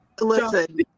Listen